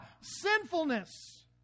sinfulness